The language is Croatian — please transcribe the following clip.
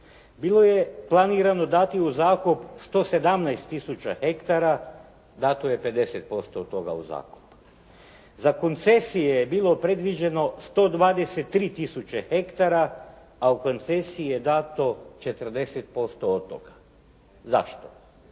Bilo je planirano dati u zakup 117 tisuća hektara, dato je 50% od toga u zakup. Za koncesije je bilo predviđeno 123 tisuće hektara, a u koncesije je dato 40% od toga. Zašto?